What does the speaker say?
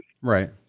Right